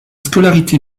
scolarité